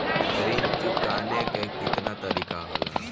ऋण चुकाने के केतना तरीका होला?